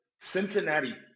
Cincinnati